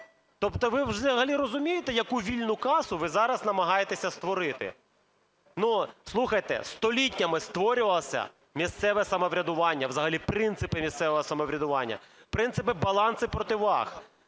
Тобто ви взагалі розумієте, яку "вільну касу" ви зараз намагаєтесь створити? Ну, слухайте, століттями створювалося місцеве самоврядування, взагалі принципи місцевого самоврядування, принципи балансів і противаг,